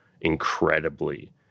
incredibly